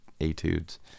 etudes